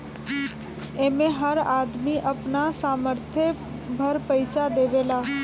एमे हर आदमी अपना सामर्थ भर पईसा देवेला